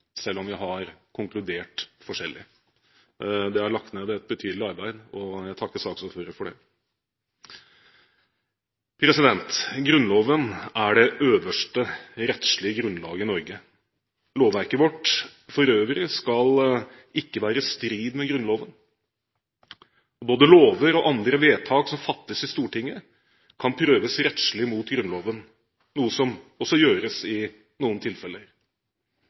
selv om vi har konkludert forskjellig. Det er lagt ned et betydelig arbeid, og jeg takker saksordføreren for det. Grunnloven er det øverste rettslige grunnlaget i Norge. Lovverket vårt for øvrig skal ikke være i strid med Grunnloven. Både lover og andre vedtak som fattes i Stortinget, kan prøves rettslig mot Grunnloven, noe som også gjøres i noen tilfeller.